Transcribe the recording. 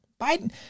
Biden